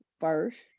first